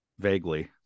Vaguely